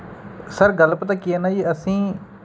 sir ਗੱਲ ਪਤਾ ਕੀ ਹੈ ਨਾ ਜੀ ਅਸੀਂ